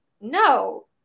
no